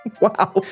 Wow